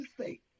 state